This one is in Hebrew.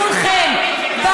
כולכם,